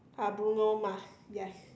ah Bruno Mars yes